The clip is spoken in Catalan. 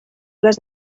les